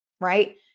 right